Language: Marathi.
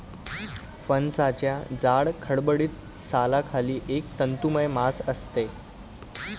फणसाच्या जाड, खडबडीत सालाखाली एक तंतुमय मांस असते